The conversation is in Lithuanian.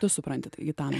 tu supranti tai gitana